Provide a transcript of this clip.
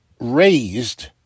raised